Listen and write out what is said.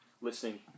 Listening